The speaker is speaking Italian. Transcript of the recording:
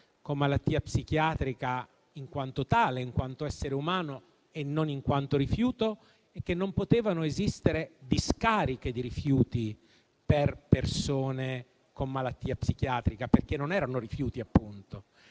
con malattia psichiatrica in quanto tale, in quanto essere umano e non in quanto rifiuto, è che non potevano esistere discariche di rifiuti per persone con malattia psichiatrica, perché non erano rifiuti, appunto.